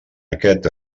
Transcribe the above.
aquest